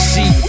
See